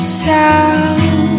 sound